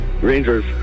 Rangers